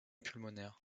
pulmonaire